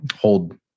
hold